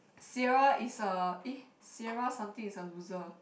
Sierra is a eh Sierra something is a loser